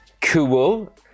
cool